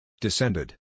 descended